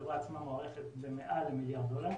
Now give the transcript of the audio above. החברה עצמה מוערכת במעל למיליארד דולר.